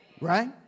Right